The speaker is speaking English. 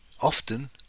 often